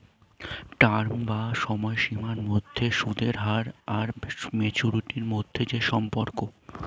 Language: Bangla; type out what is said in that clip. টার্ম বা সময়সীমার মধ্যে সুদের হার আর ম্যাচুরিটি মধ্যে যে সম্পর্ক